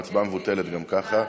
ההצבעה מבוטלת גם ככה.